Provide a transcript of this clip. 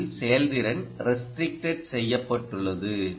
உண்மையில் செயல்திறன் ரெஸ்ட்ரிக்ட் செய்யப்பட்டுள்ளது